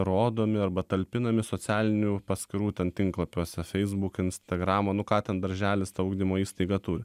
rodomi arba talpinami socialinių paskyrų ten tinklapiuose facebook instagramo nu ką ten darželis ugdymo įstaiga turi